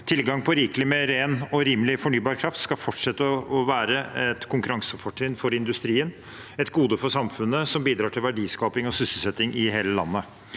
Tilgang på rikelig med ren og rimelig fornybar kraft skal fortsette å være et konkurransefortrinn for industrien, et gode for samfunnet og noe som bidrar til verdiskaping og sysselsetting i hele landet.